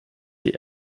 die